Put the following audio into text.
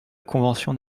convention